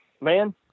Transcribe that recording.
man